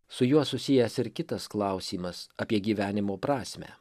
su juo susijęs ir kitas klausimas apie gyvenimo prasmę